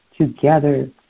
together